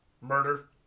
Murder